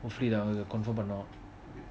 hopefully lah we will confirm பன்னவோம்:panvom